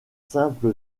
simple